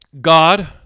God